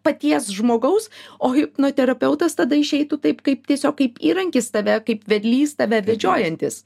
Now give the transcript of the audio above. paties žmogaus o hipnoterapeutas tada išeitų taip kaip tiesiog kaip įrankis tave kaip vedlys tave vedžiojantis